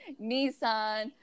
Nissan